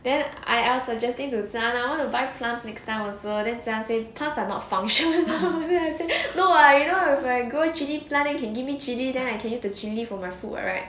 then I I was suggesting to jia lah I want to buy plant next time also then jia say plants are not functional then I say no what you know was like grow chilli plant then can give me chili then I can use the chilli for my food [what] right